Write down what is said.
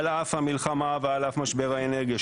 על אף המלחמה ועל אף משבר האנרגיה.